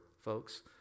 folks